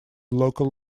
local